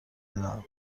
بدهم